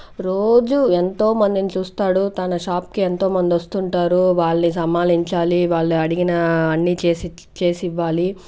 రోజు ఎంతో మందిని చూస్తాడు తన షాప్కి ఎంతో మంది వస్తుంటారు వాళ్ళని సమాలించాలి వాళ్ళు అడిగిన అన్ని చేసి చేసి ఇవ్వాలి